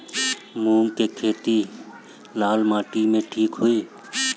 मूंग के खेती लाल माटी मे ठिक होई?